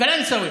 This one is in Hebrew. קלנסווה